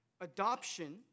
adoption